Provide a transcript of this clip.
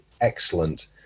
excellent